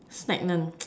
stagnant